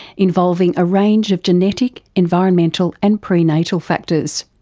involving a range of genetic, environmental and prenatal factors.